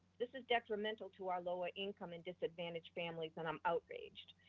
this is detrimental to our lower income and disadvantaged families and i'm outraged.